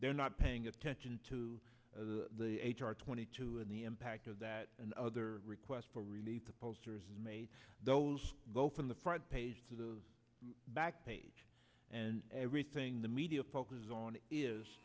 they're not paying attention to the h r twenty two and the impact of that and other requests for relief the posters made those go from the front page to the back page and everything the media focuses on is